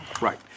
Right